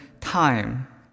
time